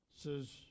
Says